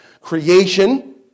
creation